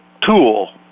tool